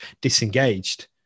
disengaged